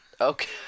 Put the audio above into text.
Okay